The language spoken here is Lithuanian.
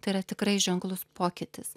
tai yra tikrai ženklus pokytis